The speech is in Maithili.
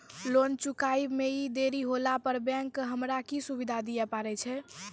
लोन चुकब इ मे देरी होला पर बैंक हमरा की सुविधा दिये पारे छै?